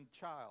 child